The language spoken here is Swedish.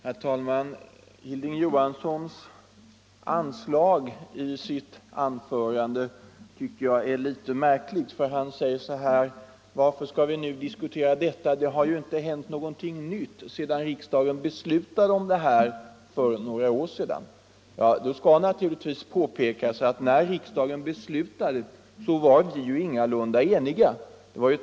Herr talman! Herr Johanssons i Trollhättan anslag i sitt anförande tycker jag är litet märkligt. Han frågar varför vi nu skall diskutera de här grundlagsfrågorna, då det ju inte har hänt någonting nytt sedan riksdagen fattade beslut om den nya grundlagen för några år sedan. Ja, det skall naturligtvis påpekas att det då inte var något enhälligt riksdagsbeslut.